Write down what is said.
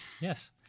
Yes